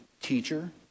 teacher